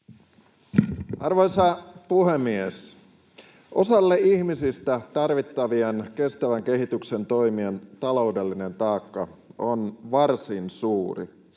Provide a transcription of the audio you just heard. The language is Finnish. Arvoisa puhemies! Osalle ihmisistä tarvittavien kestävän kehityksen toimien taloudellinen taakka on varsin suuri.